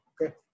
Okay